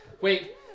Wait